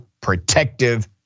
protective